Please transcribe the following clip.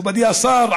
מכובדי השר,